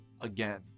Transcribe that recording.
again